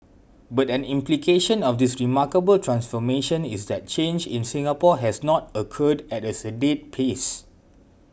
but an implication of this remarkable transformation is that change in Singapore has not occurred at as sedate pace